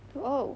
!whoa!